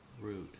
Rude